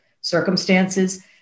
circumstances